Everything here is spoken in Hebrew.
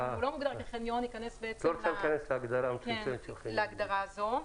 אם הוא לא מוגדר כחניון ייכנס להגדרה הזאת.